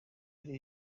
iri